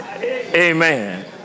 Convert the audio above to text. Amen